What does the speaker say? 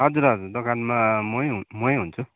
हजुर हजुर दोकानमा मै मै हुन्छु